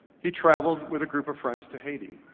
he traveled with a group of friends to haiti.